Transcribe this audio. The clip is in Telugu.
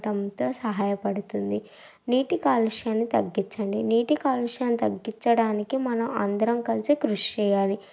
టంతో సహాయపడుతుంది నీటి కాలుష్యాన్ని తగ్గించండి నీటి కాలుష్యాన్ని తగ్గించడానికి మనం అందరం కలిసి కృషి చేయాలి